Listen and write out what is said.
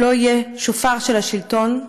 שלא יהיה שופר של השלטון,